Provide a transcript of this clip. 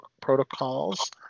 protocols